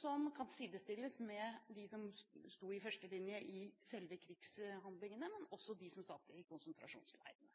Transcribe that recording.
som kan sidestilles med dem som sto i førstelinje i selve krigshandlingene, og også med dem som satt i konsentrasjonsleirene.